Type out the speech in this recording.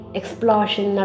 explosion